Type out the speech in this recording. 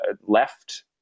left